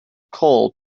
call